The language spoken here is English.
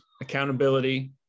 accountability